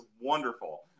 wonderful